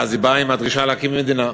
ואז היא באה עם הדרישה להקים מדינה.